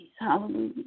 Hallelujah